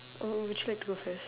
or would you like to go first